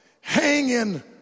hanging